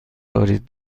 دارید